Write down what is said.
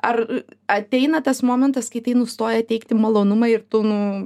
ar ateina tas momentas kai tai nustoja teikti malonumą ir tu nu